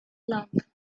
love